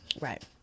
Right